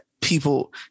people